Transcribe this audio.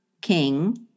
king